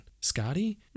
Scotty